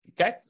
Okay